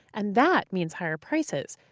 and that means higher prices.